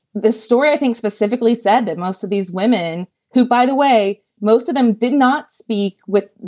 this story, i think, specifically said that most of these women who, by the way, most of them did not speak with,